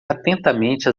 atentamente